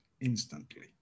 instantly